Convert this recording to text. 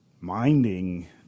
minding